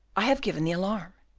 i have given the alarm,